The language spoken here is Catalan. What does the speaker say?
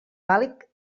vàlid